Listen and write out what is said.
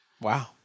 Wow